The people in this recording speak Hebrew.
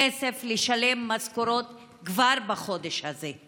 כסף לשלם משכורות כבר בחודש הזה.